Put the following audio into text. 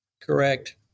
correct